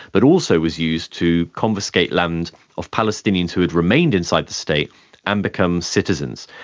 but also was used to confiscate land of palestinians who had remained inside the state and become citizens.